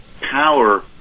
power